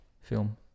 film